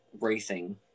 racing